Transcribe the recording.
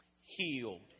healed